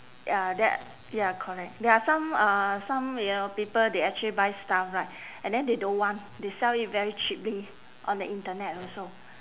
ya that ya correct there are some uh some you know people they actually buy stuff right and then they don't want they sell it very cheaply on the internet also